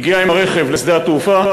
הגיע עם הרכב לשדה התעופה,